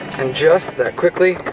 and just that quickly,